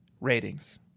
ratings